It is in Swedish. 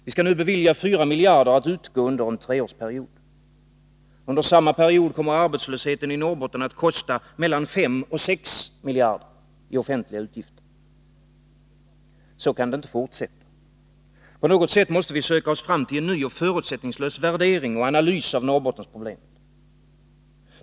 Vi skall nu bevilja 4 miljarder att utgå under en treårsperiod. Under samma period kommer arbetslösheten i Norrbotten att kosta mellan 5 och 6 miljarder i offentliga utgifter. Så kan det inte fortsätta. På något sätt måste vi söka oss fram till en ny och förutsättningslös värdering och analys av Norrbottensproblemet.